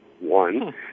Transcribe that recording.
One